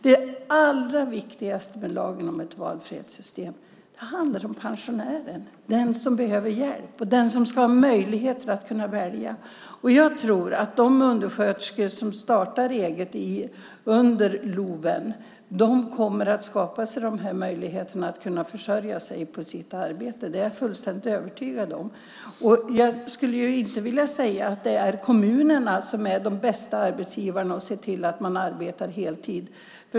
Det allra viktigaste med lagen om ett valfrihetssystem handlar om pensionären, den som behöver hjälp och ska ha möjlighet att välja. De undersköterskor som startar eget under LOV kommer att skapa möjligheter att kunna försörja sig på sitt arbete. Det är jag fullständigt övertygad om. Jag skulle inte vilja säga att kommunerna är de bästa arbetsgivarna genom att se till att alla kan arbeta heltid.